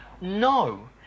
No